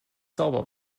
sauber